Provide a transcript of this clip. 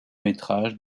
métrages